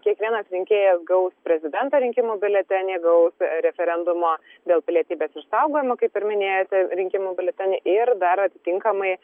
kiekvienas rinkėjas gaus prezidento rinkimų biuletenį gaus referendumo dėl pilietybės išsaugojimo kaip ir minėjote rinkimų biuletenį ir dar atitinkamai